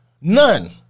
None